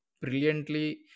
brilliantly